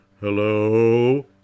Hello